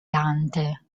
dante